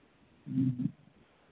ह्म्म